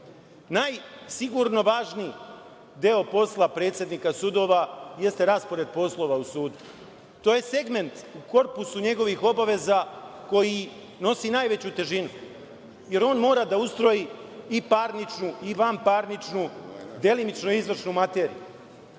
Sigurno najvažniji deo posla predsednika sudova jeste raspored poslova u sudu. To je segment u korpusu njegovih obaveza koji nosi najveću težinu, jer on mora da ustroji i parničnu i vanparničnu, delimično izvršnu materiju.